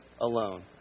alone